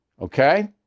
okay